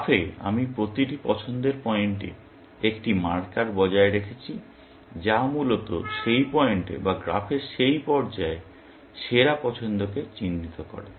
গ্রাফে আমি প্রতিটি পছন্দের পয়েন্টে একটি মার্কার বজায় রেখেছি যা মূলত সেই পয়েন্টে বা গ্রাফের সেই পর্যায়ে সেরা পছন্দকে চিহ্নিত করে